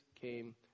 came